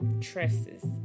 tresses